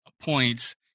points